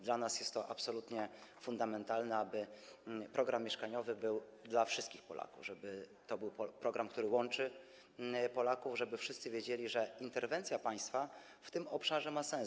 Dla nas jest to absolutnie fundamentalne, aby program mieszkaniowy był dla wszystkich Polaków, żeby to był program, który łączy Polaków, i żeby wszyscy wiedzieli, że interwencja państwa w tym obszarze ma sens.